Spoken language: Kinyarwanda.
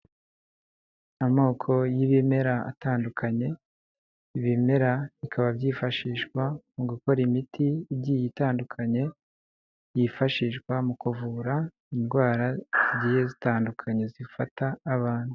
Amoko y'ibimera atandukanye. Ibimera bikaba byifashishwa mu gukora imiti igiye itandukanye, yifashishwa mu kuvura indwara zigiye zitandukanye zifata abantu.